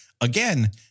Again